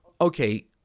okay